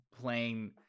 playing